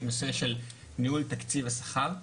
נושא של ניהול תקציב השכר.